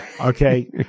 Okay